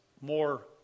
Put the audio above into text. more